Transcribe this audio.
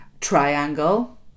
Triangle